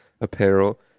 apparel